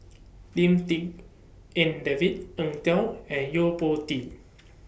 Lim Tik En David Eng Tow and Yo Po Tee